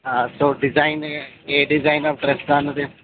so design a design of dress అన్నది